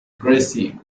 gracie